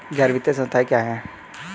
गैर वित्तीय संस्था क्या है?